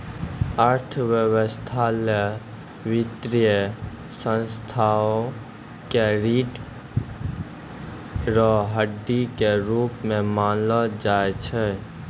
अर्थव्यवस्था ल वित्तीय संस्थाओं क रीढ़ र हड्डी के रूप म मानलो जाय छै